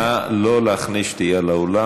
נא לא להכניס שתייה לאולם.